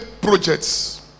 projects